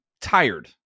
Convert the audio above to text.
tired